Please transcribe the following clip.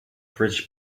fridge